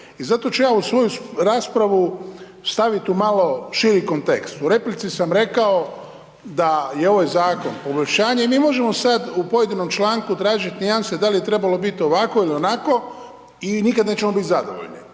I zato ću ja svoju raspravu staviti u malo širi kontekst. U replici sam rekao da je ovaj zakon poboljšanje. I možemo sad u pojedinom članku tražiti nijanse da li je trebalo biti ovako ili onako i nikada nećemo biti zadovoljni.